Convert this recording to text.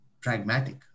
pragmatic